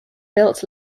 built